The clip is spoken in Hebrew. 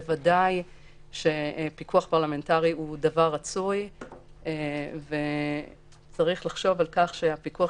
בוודאי שפיקוח פרלמנטרי הוא דבר רצוי וצריך לחשוב על כך שהפיקוח